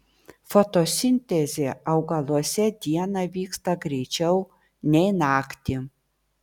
fotosintezė augaluose dieną vyksta greičiau nei naktį